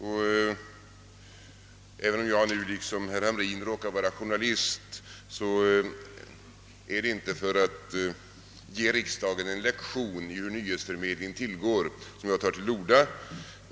Och även om jag i likhet med herr Hamrin i Jönköping råkar vara journalist, så är det inte för att ge riksdagen en lektion om hur nyhetsförmedling tillgår som jag nu tar till orda.